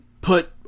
put